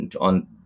on